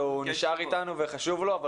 הוא נשאר אתנו וחשוב לו,